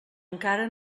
encara